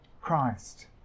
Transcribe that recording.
Christ